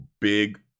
big